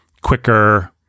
quicker